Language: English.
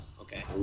okay